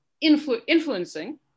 influencing